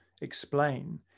explain